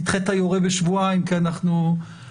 תדחה את היורה בשבועיים כי אנחנו בדרך.